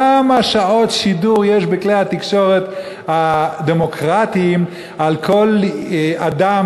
כמה שעות שידור יש בכלי התקשורת הדמוקרטיים על כל אדם